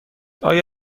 آیا